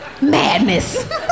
Madness